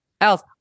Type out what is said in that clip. else